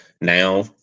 now